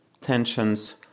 Tensions